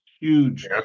huge